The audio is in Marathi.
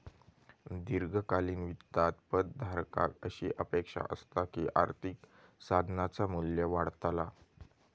दीर्घकालीन वित्तात पद धारकाक अशी अपेक्षा असता की आर्थिक साधनाचा मू्ल्य वाढतला